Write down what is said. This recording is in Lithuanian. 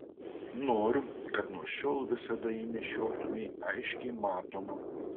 noriu kad nuo šiol visada jį nešiotumei aiškiai matomą